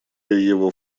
его